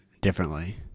differently